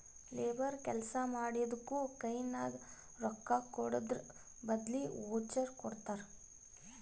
labour ಕೆಲ್ಸಾ ಮಾಡಿದ್ದುಕ್ ಕೈನಾಗ ರೊಕ್ಕಾಕೊಡದ್ರ್ ಬದ್ಲಿ ವೋಚರ್ ಕೊಡ್ತಾರ್